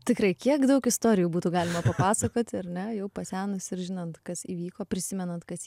tikrai kiek daug istorijų būtų galima papasakoti ar ne jau pasenus ir žinant kas įvyko prisimenant kas